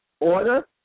Order